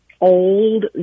old